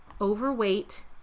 overweight